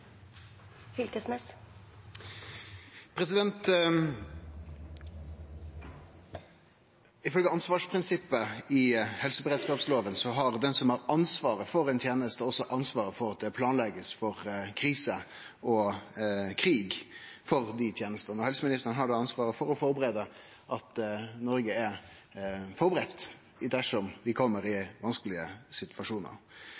ansvarsprinsippet i helseberedskapsloven har den som har ansvaret for ei teneste, også ansvaret for at det vert planlagt for krise og krig for dei tenestene. Helseministeren har da ansvaret for å sørgje for at Noreg er førebudd dersom vi